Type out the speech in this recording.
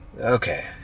Okay